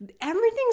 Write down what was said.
Everything's